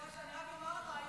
אני רק אומר לך,